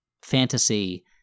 fantasy